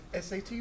SAT